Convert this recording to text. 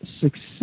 success